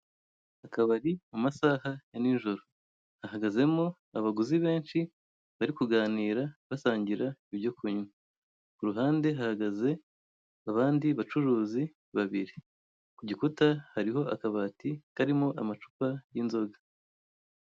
Akabari amasaha ya nijoro hahagazemo abaguzi benshi bari kuganira basangira ibyo kunywa, kuruhande hahagaze abandi bacuruzi babiri, kugikuta hariho akabati karimo amacupa y'inzoga.